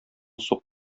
сук